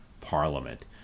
parliament